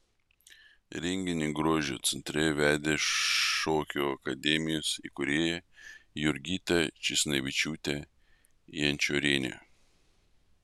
renginį grožio centre vedė šokių akademijos įkūrėja jurgita česnavičiūtė jančorienė